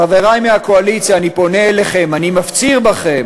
חברי מהקואליציה, אני פונה אליכם, אני מפציר בכם